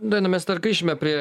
daina mes dar grįšime prie